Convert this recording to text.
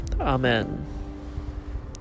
Amen